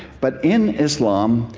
but in islam,